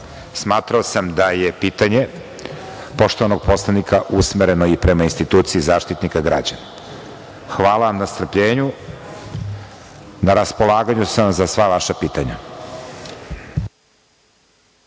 smatrao sam da je pitanje poštovanog poslanika usmereno i prema instituciji Zaštitnika građana. Hvala vam na strpljenju. Na raspolaganju sam vam za sva vaša pitanja.